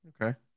Okay